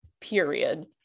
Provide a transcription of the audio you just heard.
period